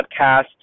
podcast